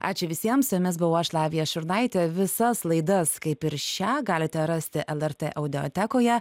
ačiū visiems su jumis buvau aš lavija šurnaitė visas laidas kaip ir šią galite rasti lrt audiotekoje